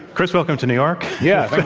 kris, welcome to new york. yeah, but